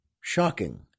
shocking